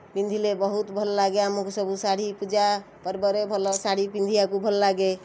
ପିନ୍ଧିଲେ ବହୁତ ଭଲ ଲାଗେ ଆମକୁ ସବୁ ଶାଢ଼ୀ ପୂଜା ପର୍ବରେ ଭଲ ଶାଢ଼ୀ ପିନ୍ଧିବାକୁ ଭଲ ଲାଗେ